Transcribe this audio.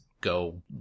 go